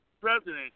president